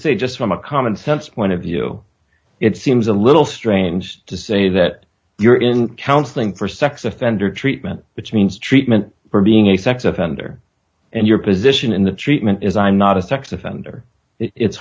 say just from a common sense one of you it seems a little strange to say that you're in counseling for sex offender treatment which means treatment for being a sex offender and your position in the treatment is i'm not a sex offender it's